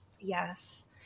Yes